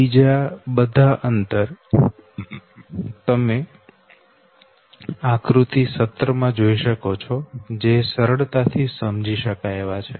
બીજા બધા અંતર તમે આકૃતિ 17 માં જોઈ શકો છો જે સરળતાથી સમજી શકાય એવા છે